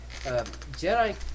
Jedi